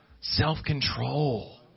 self-control